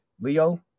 leo